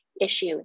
issue